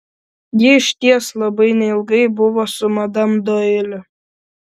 ji išties labai neilgai buvo su madam doili